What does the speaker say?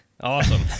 Awesome